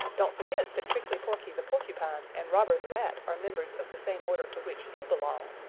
don't forget that prickly porky the porcupine and robber the rat are members of the same order to which you belong,